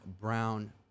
brown